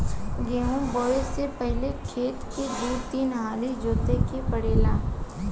गेंहू बोऐ से पहिले खेत के दू तीन हाली जोते के पड़ेला